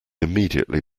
immediately